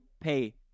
pay